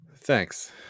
Thanks